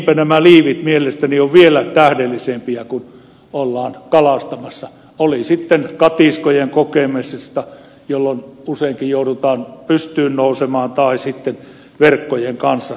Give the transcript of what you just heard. niinpä nämä liivit mielestäni ovat vielä tähdellisempiä kun ollaan kalastamassa oli sitten kyse katiskojen kokemisesta jolloin useinkin joudutaan pystyyn nousemaan tai sitten kun verkkojen kanssa pelataan